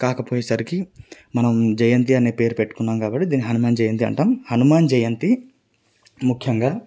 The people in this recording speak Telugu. కాకపోయేసరికి మనం జయంతి అనే పేరు పెట్టుకున్నాము కాబట్టి దీన్ని హనుమాన్ జయంతి అంటాము హనుమాన్ జయంతి ముఖ్యంగా